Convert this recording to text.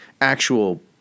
actual